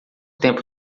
tempo